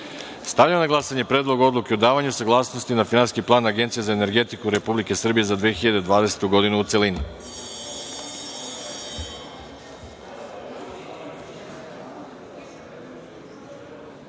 odluke. Stavljam na glasanje Predlog odluke o davanju saglasnosti na Finansijski plan Agencije za energetiku Republike Srbije za 2020. godinu, u